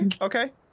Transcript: Okay